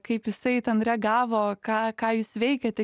kaip jisai ten reagavo ką ką jūs veikėt